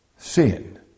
Sin